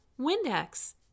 Windex